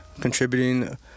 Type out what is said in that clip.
contributing